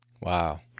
Wow